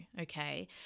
okay